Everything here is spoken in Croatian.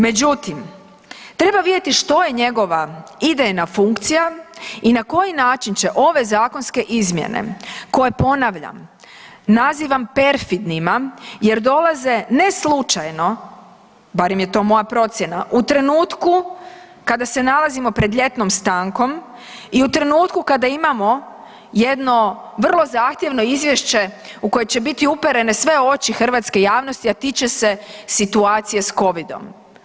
Međutim, treba vidjeti što je njegova idejna funkcija i na koji način će ove zakonske izmjene koje ponavljam nazivam perfidnima jer dolaze ne slučajno, barem je to moja procjena, u trenutku kada se nalazimo pred ljetnom stankom i u trenutku kada imamo jedno vrlo zahtjevno izvješće u koje će biti uperene sve oči hrvatske javnosti, a tiče se situacije s Covidom.